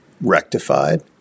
rectified